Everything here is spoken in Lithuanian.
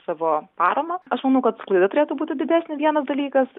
savo paramą aš manau kad sklaida turėtų būti didesnė vienas dalykas